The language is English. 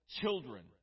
children